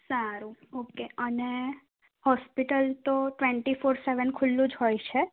સારું ઓકે અને હોસ્પિટલ તો ટ્વેન્ટી ફોર સેવન ખુલ્લું જ હોય છે